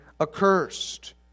accursed